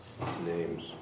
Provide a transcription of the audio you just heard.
Names